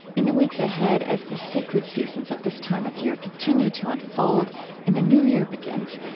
in the weeks ahead, as the sacred seasons of this time of year continue to unfold and the new year begins,